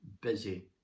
busy